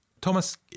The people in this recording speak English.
Thomas